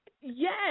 Yes